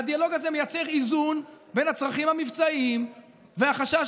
והדיאלוג הזה מייצר איזון בין הצרכים המבצעיים והחשש